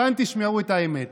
כאן תשמעו את האמת.